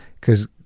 because-